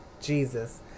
jesus